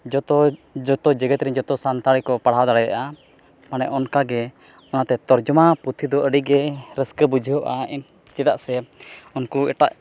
ᱡᱚᱛᱚ ᱡᱚᱛᱚ ᱡᱮᱜᱮᱫ ᱨᱮᱱ ᱡᱚᱛᱚ ᱥᱟᱱᱛᱟᱲ ᱜᱮᱠᱚ ᱯᱟᱲᱦᱟᱣ ᱫᱟᱲᱮᱭᱟᱜᱼᱟ ᱢᱟᱱᱮ ᱚᱱᱠᱟᱜᱮ ᱛᱚᱨᱡᱚᱢᱟ ᱯᱩᱛᱷᱤᱫᱚ ᱟᱹᱰᱤᱜᱮ ᱨᱟᱹᱥᱠᱟᱹ ᱵᱩᱡᱷᱟᱹᱜᱼᱟ ᱪᱮᱫᱟᱜ ᱥᱮ ᱩᱱᱠᱩ ᱮᱴᱟᱜ